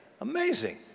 Amazing